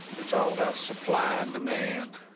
it's all about supply and demand.